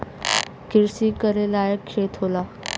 किरसी करे लायक खेत होला